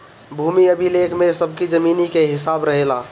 भूमि अभिलेख में सबकी जमीनी के हिसाब रहेला